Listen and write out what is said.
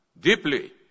deeply